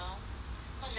what's that called ah